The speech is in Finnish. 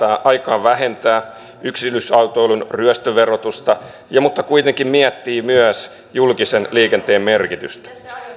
aikaan vähentää yksityisautoilun ryöstöverotusta mutta kuitenkin miettii myös julkisen liikenteen merkitystä